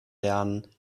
lernen